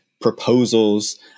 proposals